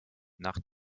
nach